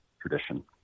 tradition